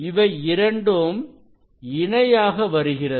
இவை இரண்டும் இணையாக வருகிறது